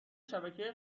شبکه